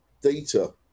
Data